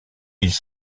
ils